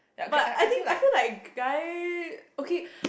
but I think I feel like guy okay